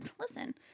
listen